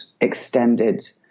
extended